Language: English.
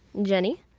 jenny?